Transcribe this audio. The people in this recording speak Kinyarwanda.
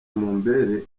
mumbere